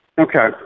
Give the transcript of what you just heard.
Okay